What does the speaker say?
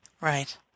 Right